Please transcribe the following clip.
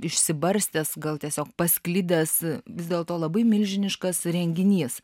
išsibarstęs gal tiesiog pasklidęs vis dėl to labai milžiniškas renginys